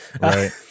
right